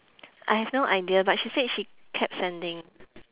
I have no idea but she said she kept sending